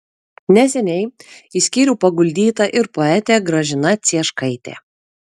neseniai į skyrių paguldyta ir poetė gražina cieškaitė